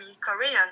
Korean